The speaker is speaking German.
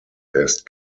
erst